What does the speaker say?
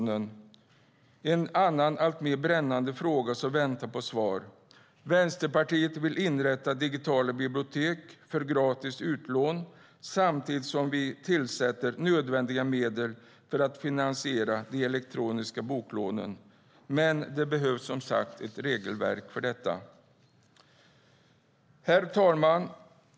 Det är en annan alltmer brännande fråga som väntar på svar. Vi i Vänsterpartiet vill inrätta digitala bibliotek för gratis utlån samtidigt som vi avsätter nödvändiga medel för att finansiera de elektroniska boklånen. Men det behövs som sagt ett regelverk för detta. Herr talman!